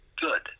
good